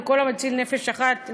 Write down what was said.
וכל המציל נפש אחת,